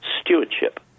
stewardship